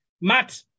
Matt